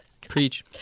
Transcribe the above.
Preach